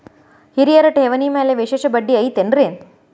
ಹಿರಿಯರ ಠೇವಣಿ ಮ್ಯಾಲೆ ವಿಶೇಷ ಬಡ್ಡಿ ಐತೇನ್ರಿ?